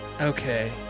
Okay